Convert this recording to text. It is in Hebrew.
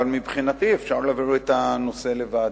אבל מבחינתי אפשר להעביר את הנושא לוועדה.